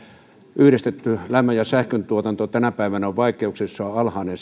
yhdistetty lämmön ja sähkön tuotanto tänä päivänä on vaikeuksissa on on alhainen